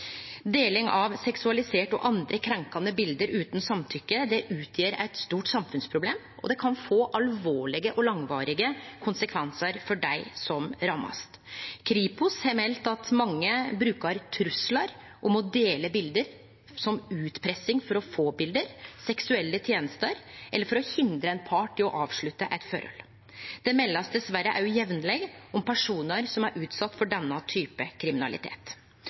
Deling av seksualiserte og andre krenkande bilde utan samtykke utgjer eit stort samfunnsproblem, og det kan få alvorlege og langvarige konsekvensar for dei som blir ramma. Kripos har meldt at mange brukar truslar om å dele bilde som utpressing for å få bilde, seksuelle tenester eller for å hindre ein part i å avslutte eit forhold. Det blir dessverre òg jamleg meldt om personar som er utsette for denne typen kriminalitet.